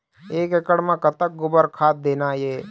एक एकड़ म कतक गोबर खाद देना ये?